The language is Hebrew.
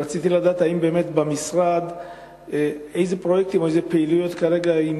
רציתי לדעת איזה פרויקטים או איזה פעילויות יש כרגע במשרד,